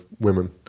women